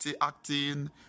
acting